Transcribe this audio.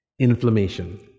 inflammation